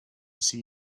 see